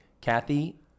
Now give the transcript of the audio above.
Kathy